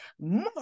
more